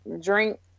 drink